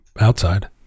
outside